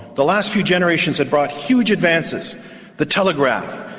the last few generations had brought huge advances the telegraph,